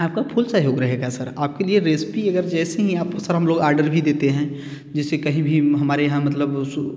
आपका फुल सहयोग रहेगा सर आपके लिए रेसिपी जैसे ही सर हम लोग ऑर्डर भी देते हैं जैसे कहीं भी हमारे यहाँ मतलब